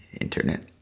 Internet